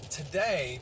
today